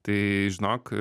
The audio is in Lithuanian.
tai žinok